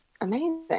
amazing